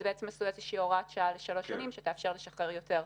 זאת הוראת שעה לשלוש שנים שתאפשר לשחרר יותר.